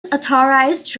authorised